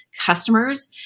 customers